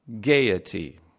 gaiety